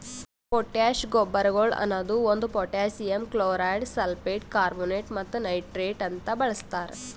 potash ಗೊಬ್ಬರಗೊಳ್ ಅನದು ಒಂದು ಪೊಟ್ಯಾಸಿಯಮ್ ಕ್ಲೋರೈಡ್, ಸಲ್ಫೇಟ್, ಕಾರ್ಬೋನೇಟ್ ಮತ್ತ ನೈಟ್ರೇಟ್ ಅಂತ ಬಳಸ್ತಾರ್